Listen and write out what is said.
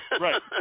Right